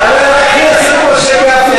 חבר הכנסת משה גפני,